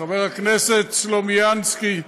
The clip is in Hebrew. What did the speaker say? חבר הכנסת סלומינסקי,